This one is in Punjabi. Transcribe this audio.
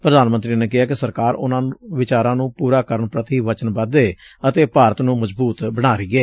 ਪ੍ਰਧਾਨ ਮੰਤਰੀ ਨੇ ਕਿਹਾ ਕਿ ਸਰਕਾਰ ਉਨਾਂ ਵਿਚਾਰਾਂ ਨੂੰ ਪੁਰਾ ਕਰਨ ਪ੍ਰਤੀ ਵਚਨਬੱਧ ਏ ਅਤੇ ਭਾਰਤ ਨੂੰ ਮਜ਼ਬੁਤ ਬਣਾ ਰਹੀ ਏ